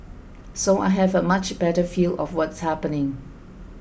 so I have a much better feel of what's happening